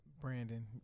Brandon